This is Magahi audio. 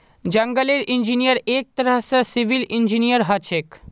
जंगलेर इंजीनियर एक तरह स सिविल इंजीनियर हछेक